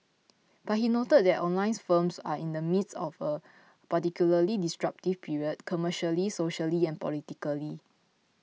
but he noted that the online firms are in the midst of a particularly disruptive period commercially socially and politically